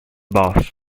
boss